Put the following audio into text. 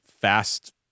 fast